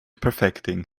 perfecting